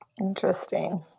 Interesting